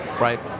Right